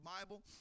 Bible